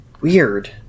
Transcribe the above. Weird